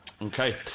Okay